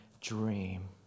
dream